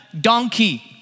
donkey